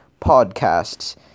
podcasts